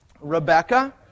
Rebecca